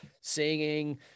singing